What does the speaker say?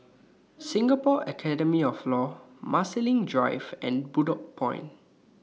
Singapore Academy of law Marsiling Drive and Bedok Point